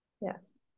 Yes